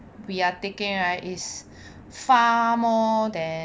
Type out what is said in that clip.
we are taking right is far more than